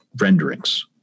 renderings